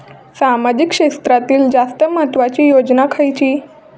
सामाजिक क्षेत्रांतील जास्त महत्त्वाची योजना खयची?